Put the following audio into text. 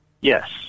Yes